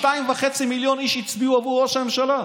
2.5 מיליון איש הצביעו עבור ראש הממשלה.